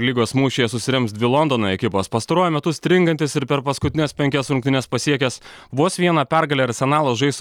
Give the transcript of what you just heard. lygos mūšyje susirems dvi londono ekipos pastaruoju metu stringantis ir per paskutines penkias rungtynes pasiekęs vos vieną pergalę arsenalas žais su